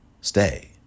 stay